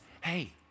Hey